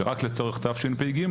שרק לצורך תשפ"ג,